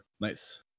nice